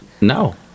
no